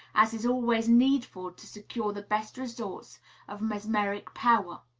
as is always needful to secure the best results of mesmeric power.